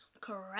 Correct